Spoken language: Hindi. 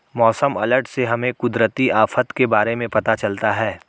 मौसम अलर्ट से हमें कुदरती आफत के बारे में पता चलता है